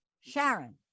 Sharon